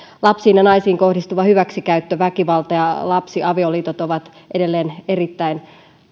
lapsiin ja naisiin kohdistuva hyväksikäyttö väkivalta ja lapsiavioliitot ovat edelleen erittäin